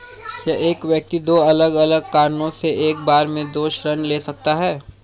क्या एक व्यक्ति दो अलग अलग कारणों से एक बार में दो ऋण ले सकता है?